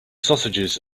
sausages